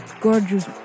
gorgeous